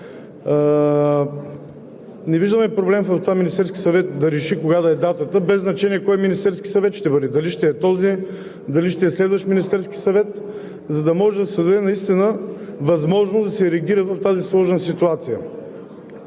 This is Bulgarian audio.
Не виждаме проблем в това Министерският съвет да реши кога да е датата, без значение кой ще бъде – дали ще е този, дали ще е следващ Министерски съвет, за да може да се даде наистина възможност да се реагира в тази сложна ситуация.